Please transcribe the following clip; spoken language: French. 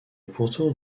pourtour